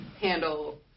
handle